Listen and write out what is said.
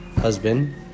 husband